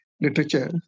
literature